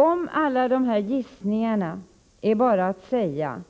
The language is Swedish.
Om alla dessa gissningar är bara att säga